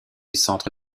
centre